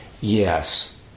Yes